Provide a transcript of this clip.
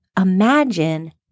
imagine